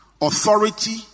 authority